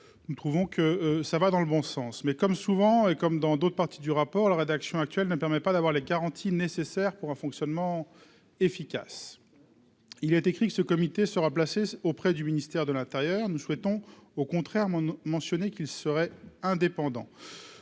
Nous trouvons que ça va dans le bon sens mais, comme souvent, et comme dans d'autres parties du rapport la rédaction actuelle ne permet pas d'avoir les garanties nécessaires pour un fonctionnement efficace, il est écrit que ce comité sera placée auprès du ministère de l'Intérieur, nous souhaitons au contraire mon mentionné qu'ils seraient indépendants,